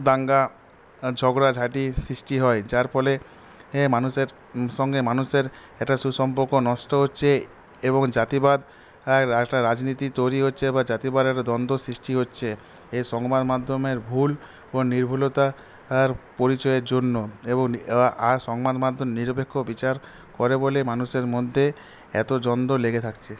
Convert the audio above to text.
দাঙ্গা ঝগড়া ঝাটি সৃষ্টি হয় যার ফলে মানুষের সঙ্গে মানুষের একটা সুসম্পর্ক নষ্ট হচ্ছে এবং জাতিবাদ আর একটা রাজনীতি তৈরি হচ্ছে বা জাতিবাদের একটা দ্বন্দ্ব সৃষ্টি হচ্ছে এই সংবাদ মাধ্যমের ভুল ও নির্ভুলতা আর পরিচয়ের জন্য এবং আর সংবাদ মাধ্যম নিরপেক্ষ বিচার করে বলে মানুষের মধ্যে এতো যন্দ্ব লেগে থাকছে